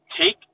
take